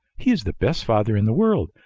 he is the best father in the world,